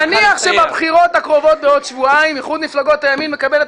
נניח שבבחירות הקרובות בעוד שבועיים איחוד מפלגות הימין מקבלת